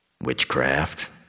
witchcraft